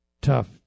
tough